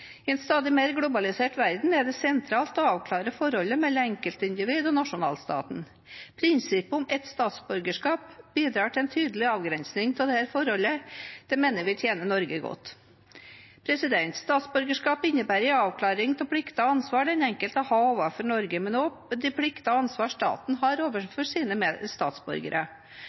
I en stadig mer globalisert verden er det sentralt å avklare forholdet mellom enkeltindivider og nasjonalstaten. Prinsippet om ett statsborgerskap bidrar til en tydelig avgrensning av dette forholdet. Det mener vi tjener Norge godt. Statsborgerskap innebærer en avklaring av plikter og ansvar den enkelte har overfor Norge, men også av de plikter og det ansvar staten har overfor sine statsborgere.